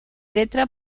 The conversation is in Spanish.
letra